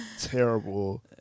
terrible